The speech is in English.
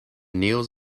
kneels